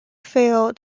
fail